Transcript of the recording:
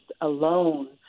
alone